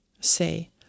Say